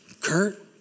Kurt